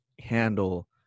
handle